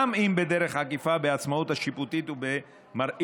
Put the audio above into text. גם אם בדרך עקיפה, בעצמאות השיפוטית ובמראית